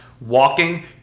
walking